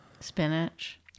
Spinach